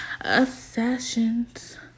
obsessions